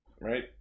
Right